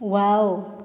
wow